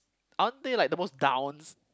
aren't they like the most downs